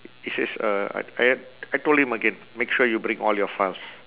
he says uh I I I told him again make sure you bring all your files